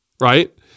right